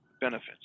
benefits